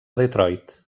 detroit